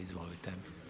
Izvolite.